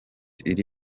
iri